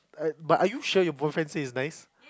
um but are you sure your boyfriend says it's nice